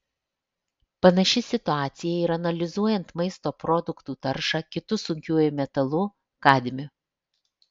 panaši situacija ir analizuojant maisto produktų taršą kitu sunkiuoju metalu kadmiu